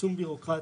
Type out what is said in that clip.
מצמצום הבירוקרטיה,